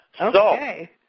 Okay